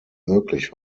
möglich